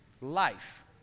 life